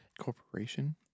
Corporation